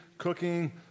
cooking